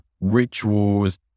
rituals